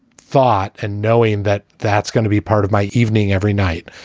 thought and knowing that that's gonna be part of my evening every night,